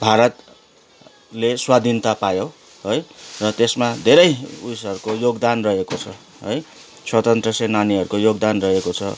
भारतले स्वाधीनता पायो है र त्यसमा धेरै उयसहरूको योगदान रहेको छ है स्वतन्त्र सेनानीहरूको योगदान रहेको छ